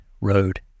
road